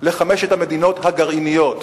לחמש המדינות הגרעיניות.